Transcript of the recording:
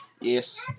yes